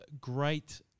great